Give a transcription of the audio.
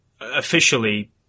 officially